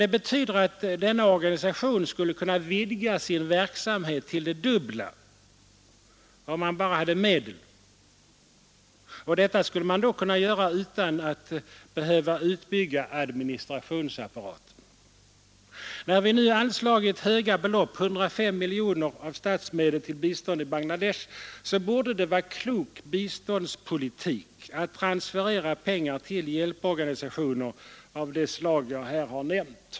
Det betyder att denna organisation skulle kunna vidga sin verksamhet till det dubbla om man bara hade medel. Detta skulle kunna ske utan att man behövde utbygga administrationsapparaten. När vi nu anslagit höga belopp, 105 miljoner av statsmedel, till bistånd i Bangladesh, borde det vara klok biståndspolitik att transferera pengar till hjälporganisationer av det slag jag här har nämnt.